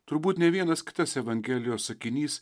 turbūt nė vienas kitas evangelijos sakinys